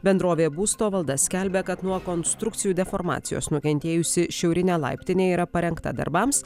bendrovė būsto valda skelbia kad nuo konstrukcijų deformacijos nukentėjusi šiaurinė laiptinė yra parengta darbams